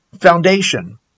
foundation